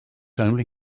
only